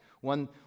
one